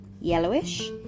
yellowish